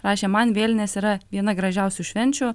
rašė man vėlinės yra viena gražiausių švenčių